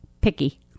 picky